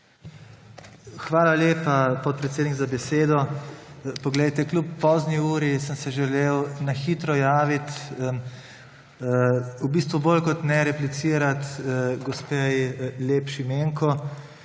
Hvala lepa, podpredsednik, za besedo. Kljub pozni uri sem se želel na hitro javiti, v bistvu bolj kot ne replicirati gospe Lep Šimenko,